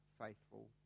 faithful